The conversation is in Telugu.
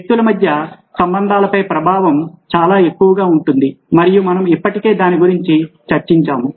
వ్యక్తుల మధ్య సంబంధాలపై ప్రభావం చాలా ఎక్కువగా ఉంటుంది మరియు మనం ఇప్పటికే దాని గురించి చర్చించాము